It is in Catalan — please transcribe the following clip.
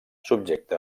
subjecte